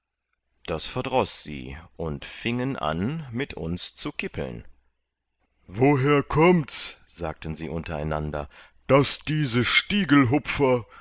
das verdroß sie und fiengen an mit uns zu kippeln woher kommts sagten sie untereinander daß diese